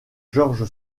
george